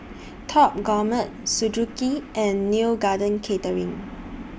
Top Gourmet Suzuki and Neo Garden Catering